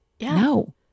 no